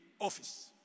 office